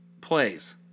plays